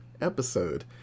episode